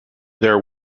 there